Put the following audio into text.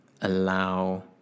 Allow